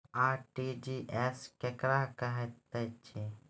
RTGS केकरा कहैत अछि?